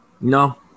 no